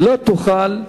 לא תוכל,